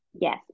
Yes